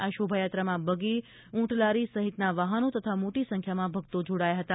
આ શોભાયાત્રામાં બગી ઉંટલારી સહિતના વાહનો તથા મોટી સંખ્યામાં ભક્તો જોડાયા હતા